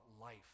life